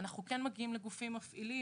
אנחנו כן מגיעים לגופים מפעילים.